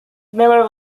miller